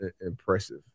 impressive